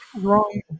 wrong